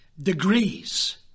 degrees